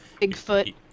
Bigfoot